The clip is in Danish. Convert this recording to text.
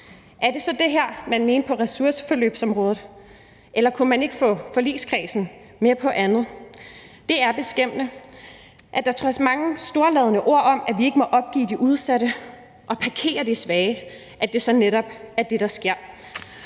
Var det så det her, man mente med hensyn til ressourceforløbområdet, eller kunne man ikke få forligskredsen med på andet? Det er beskæmmende, at det på trods mange storladne ord om, at vi ikke må opgive de udsatte og blokere de svage, så netop er det, der sker.